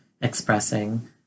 expressing